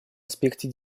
аспекте